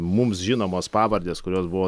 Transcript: mums žinomos pavardės kurios buvo